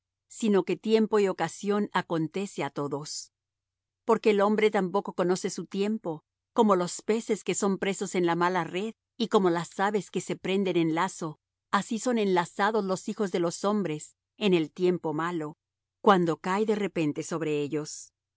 sino que tiempo y ocasión acontece á todos porque el hombre tampoco conoce su tiempo como los peces que son presos en la mala red y como las aves que se prenden en lazo así son enlazados los hijos de los hombres en el tiempo malo cuando cae de repente sobre ellos